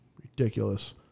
ridiculous